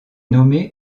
nommé